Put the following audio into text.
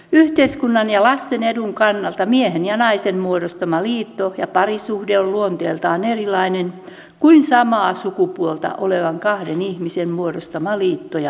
yhteiskunnan ja lasten edun kannalta miehen ja naisen muodostama liitto ja parisuhde on luonteeltaan erilainen kuin samaa sukupuolta olevan kahden ihmisen muodostama liitto ja parisuhde